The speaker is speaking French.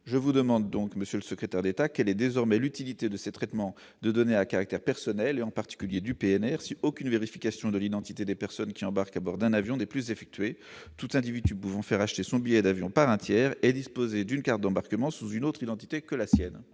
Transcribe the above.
de leurs auteurs ». Monsieur le secrétaire d'État, quelle est l'utilité de ces traitements de données à caractère personnel, en particulier du PNR, si aucune vérification de l'identité des personnes qui embarquent à bord d'un avion n'est plus effectuée ? Tout individu peut alors faire acheter son billet par un tiers et disposer d'une carte d'embarquement sous une autre identité que la sienne